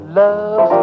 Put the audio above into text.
love